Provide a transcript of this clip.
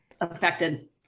affected